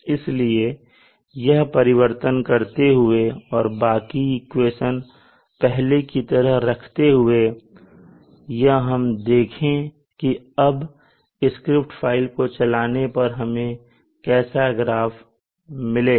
इसलिए यह परिवर्तन करते हुए और बाकी इक्वेशन पहले की तरह रखते हुए यह हम देखें की अब स्क्रिप्ट फाइल को चलाने पर हमें कैसा ग्राफ मिलता है